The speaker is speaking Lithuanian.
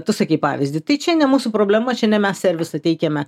tu sakei pavyzdį tai čia ne mūsų problema čia ne mes servisą teikiame